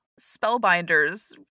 Spellbinders